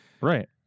right